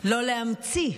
לא להמציא.